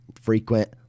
frequent